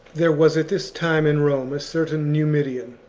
there was at this time in rome a certain numidian,